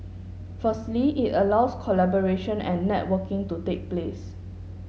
firstly it allows collaboration and networking to take place